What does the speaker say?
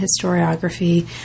historiography